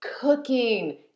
Cooking